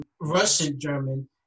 Russian-German